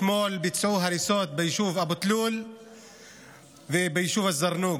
אתמול ביצעו הריסות ביישוב אבו תלול וביישוב א-זרנוק.